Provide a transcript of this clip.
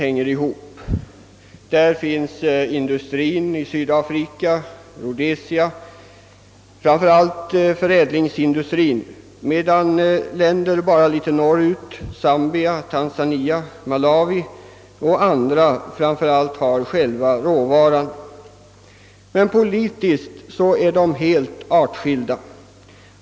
I Rhodesia finns industrien, framför allt förädlingsindustrien, medan länder något längre norrut, t.ex. Zambia, Tanzania, Malawi m.fl. främst har råvaran. Men politiskt är länderna helt artskilda.